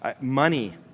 money